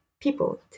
people